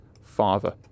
father